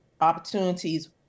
opportunities